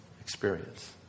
experience